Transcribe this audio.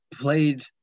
played